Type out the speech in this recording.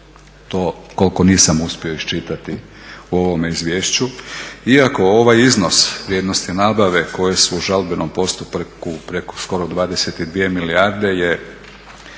to koliko nisam uspio iščitati u ovome izvješću. Iako ovaj iznos vrijednosti nabave koje su u žalbenom postupku preko skoro 22 milijarde je